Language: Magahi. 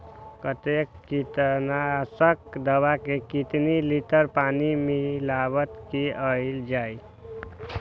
कतेक किटनाशक दवा मे कितनी लिटर पानी मिलावट किअल जाई?